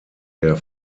der